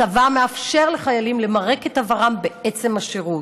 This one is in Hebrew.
הצבא מאפשר לחיילים למרק את עברם בעצם השירות.